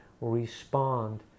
respond